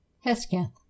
Hesketh